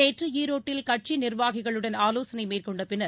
நேற்று ஈரோட்டில் கட்சி நிர்வாகிகளுடன் ஆலோசனை மேற்கொண்ட பின்னர்